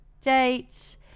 date